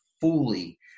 fully